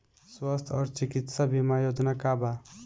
स्वस्थ और चिकित्सा बीमा योजना का बा?